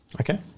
Okay